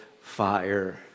fire